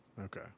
Okay